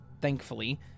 Thankfully